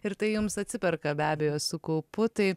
ir tai jums atsiperka be abejo su kaupu tai